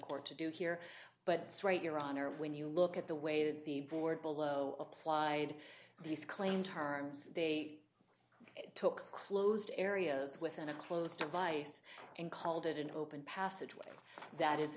court to do here but it's right your honor when you look at the way the board below applied these claims terms they took closed areas within a closed device and called it an open passageway that is